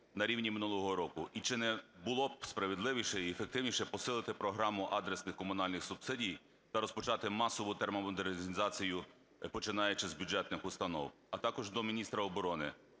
на рівні минулого року? І чи не було б справедливіше і ефективніше посилити програму адресних комунальних субсидій та розпочати масову термомодернізацію, починаючи з бюджетних установ? А також до міністра оборони,